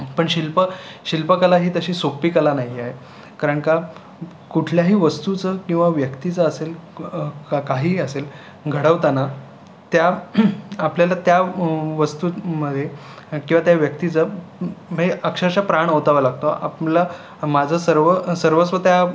पण शिल्प शिल्पकला ही तशी सोपी कला नाही आहे कारण का कुठल्याही वस्तूचं किंवा व्यक्तीचं असेल का काहीही असेल घडवताना त्या आपल्याला त्या वस्तूंमध्ये किंवा त्या व्यक्तीचं म्हणजे अक्षरशः प्राण ओतावं लागतं आपलं माझं सर्व सर्वस्व त्या